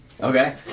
Okay